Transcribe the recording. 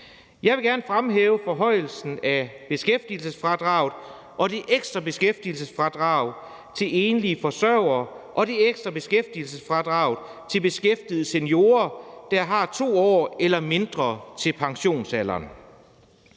Jeg vil gerne fremhæve forhøjelsen af beskæftigelsesfradraget og det ekstra beskæftigelsesfradrag til enlige forsørgere og det ekstra beskæftigelsesfradrag til beskæftigede seniorer, der har 2 år eller mindre til pensionsalderen.